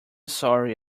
sorry